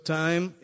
time